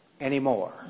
anymore